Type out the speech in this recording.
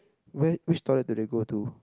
where which toilet do they go to